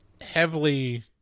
heavily